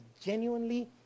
genuinely